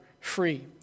free